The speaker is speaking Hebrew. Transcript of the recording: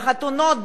בחתונות,